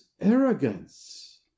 arrogance